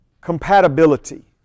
Compatibility